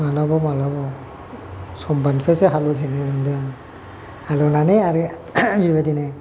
माब्लाबाव माब्लाबाव समबारनिफ्रायसो हालएव जेननो नंदों आं हालएवनानै आरो बेबायदिनो